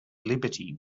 liberty